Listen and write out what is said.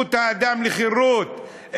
זכות האדם לחירות.